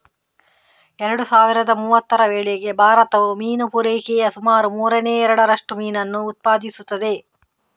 ಎರಡು ಸಾವಿರದ ಮೂವತ್ತರ ವೇಳೆಗೆ ಭಾರತವು ಮೀನು ಪೂರೈಕೆಯ ಸುಮಾರು ಮೂರನೇ ಎರಡರಷ್ಟು ಮೀನನ್ನು ಉತ್ಪಾದಿಸುತ್ತದೆ